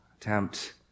attempt